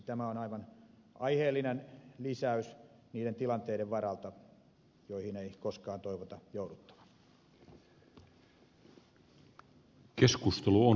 tämä on aivan aiheellinen lisäys niiden tilanteiden varalta joihin ei koskaan toivota jouduttavan